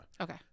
Okay